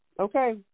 Okay